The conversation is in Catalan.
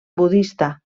budista